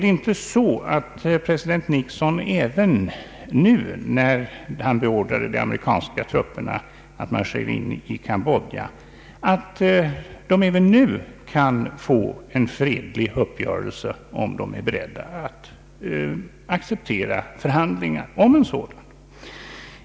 De kan, säger president Nixon även nu, sedan han beordrat de amerikanska trupperna att marschera in i Cambodja, få till stånd en fredlig uppgörelse, om de är beredda att acceptera förhandlingar om en sådan?